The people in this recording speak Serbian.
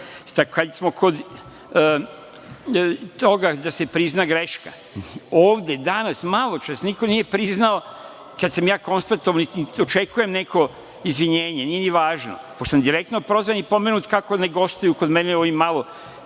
dužnost. Kada smo kod toga da se prizna greška ovde danas, malo čas, niko nije priznao kada sam ja konstatovao, niti očekujem neko izvinjenje, nije ni važno, pošto sam direktno prozvan i pomenuta kako ne gostuju kod mene u ovim malo